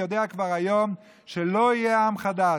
יודע כבר היום שלא יהיה עם חדש,